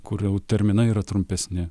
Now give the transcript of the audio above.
kur jau terminai yra trumpesni